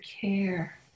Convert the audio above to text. care